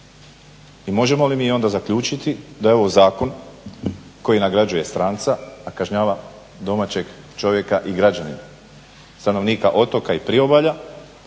I možemo li mi onda zaključiti da je ovo zakon koji nagrađuje stranca a kažnjava domaćeg čovjeka i građanina, stanovnika otoka i priobalja